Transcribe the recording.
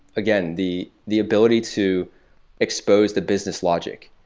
again, the the ability to expose the business logic.